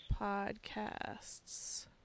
Podcasts